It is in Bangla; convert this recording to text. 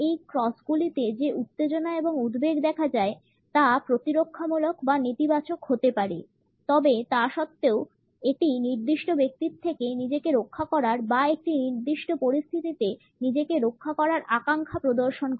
এই ক্রসগুলিতে যে উত্তেজনা এবং উদ্বেগ দেখা যায় তা প্রতিরক্ষামূলক বা নেতিবাচক হতে পারে তবে তা সত্ত্বেও এটি একটি নির্দিষ্ট ব্যক্তির থেকে নিজেকে রক্ষা করার বা একটি নির্দিষ্ট পরিস্থিতিতে নিজেকে রক্ষা করার আকাঙ্ক্ষা প্রদর্শন করে